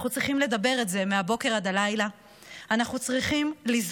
אנחנו צריכים לדבר את זה מהבוקר עד הלילה.